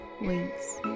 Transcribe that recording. wings